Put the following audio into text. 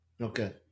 Okay